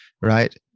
right